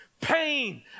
Pain